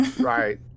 Right